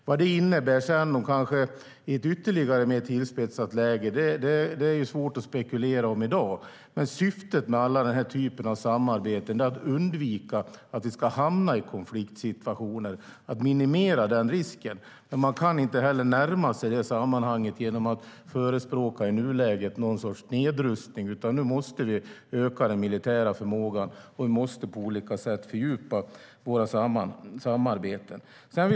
Vad det innebär i ett ytterligare mer tillspetsat läge är svårt att spekulera om i dag, men syftet med alla sådana samarbeten är att undvika och minimera risken för att hamna i konfliktsituationer. Man kan dock inte närma sig detta genom att förespråka någon sorts nedrustning i nuläget, utan nu måste vi öka den militära förmågan och på olika sätt fördjupa våra samarbeten.